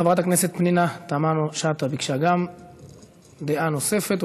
חברת הכנסת פנינה תמנו-שטה ביקשה גם היא דעה נוספת,